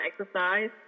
exercise